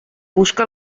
busca